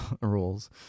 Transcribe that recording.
rules